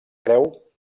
creu